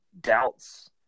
doubts